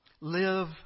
Live